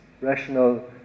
rational